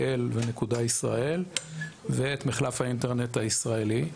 .IL ו-.ISRAEL ואת מחלף האינטרנט הישראלי.